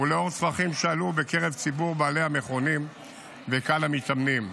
ולאור צרכים שעלו בקרב ציבור בעלי המכונים וקהל המתאמנים.